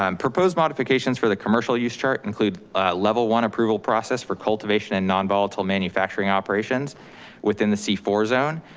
um proposed modifications for the commercial use chart include level one approval process for cultivation and non-volatile manufacturing operations within the c four zone.